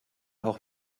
auch